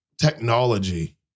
technology